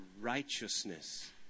righteousness